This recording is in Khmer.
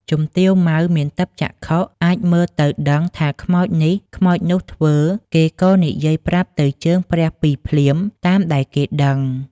ជំទាវ ម៉ៅ មានទិព្វចក្ខុ អាចមើលទៅដឹងថាខ្មោចនេះ ខ្មោចនោះធ្វើ គេក៏និយាយប្រាប់ទៅជើងព្រះ2ភ្លាម តាមដែលគេដឹង ។